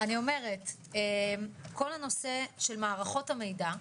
אני אומרת, כל הנושא של מערכות המידע,